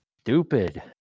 stupid